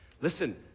Listen